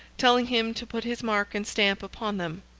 telling him to put his mark and stamp upon them,